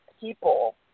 people